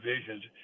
divisions